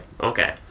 Okay